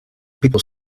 people